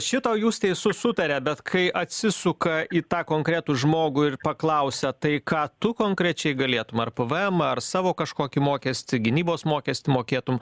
šito jūs teisus sutaria bet kai atsisuka į tą konkretų žmogų ir paklausia tai ką tu konkrečiai galėtum ar pvemą ar savo kažkokį mokestį gynybos mokestį mokėtum